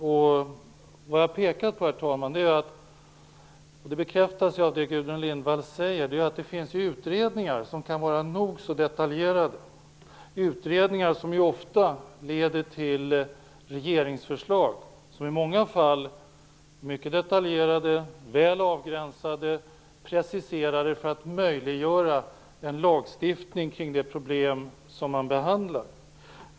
Vad jag har pekat på, herr talman, och vilket bekräftas av det Gudrun Lindvall säger är att det finns utredningar som kan vara nog så detaljerade, utredningar som ofta leder till regeringsförslag, som i många fall är mycket detaljerade, väl avgränsade och preciserade för att möjliggöra en lagstiftning kring det problem som behandlas.